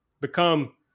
become